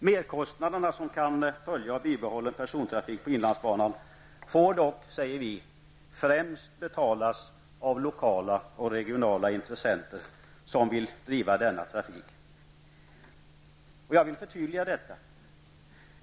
Merkostnaderna som kan följa av bibehållen persontrafik på inlandsbanan får dock, säger vi, främst betalas av lokala och regionala intressenter som vill driva denna trafik. Jag vill förtydliga det.